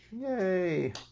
Yay